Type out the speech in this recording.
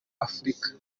afurika